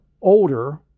older